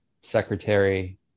secretary